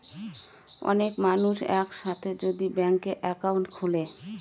অনেক মানুষ এক সাথে যদি ব্যাংকে একাউন্ট খুলে